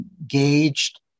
engaged